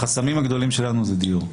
החסמים הגדולים שלנו זה דיור.